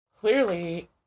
clearly